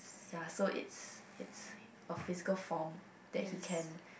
ya so is is a physical form that he can